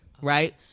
Right